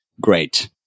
great